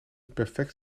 perfect